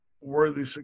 worthy